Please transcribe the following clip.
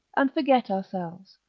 and forget ourselves.